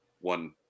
one